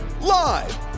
Live